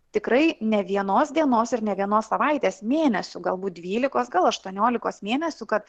tikrai ne vienos dienos ir ne vienos savaitės mėnesių galbūt dvylikos gal aštuoniolikos mėnesių kad